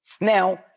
Now